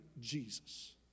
Jesus